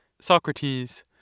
Socrates